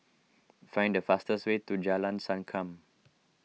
find the fastest way to Jalan Sankam